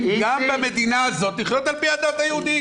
גם במדינה הזאת לחיות על פי הדת היהודית.